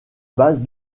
base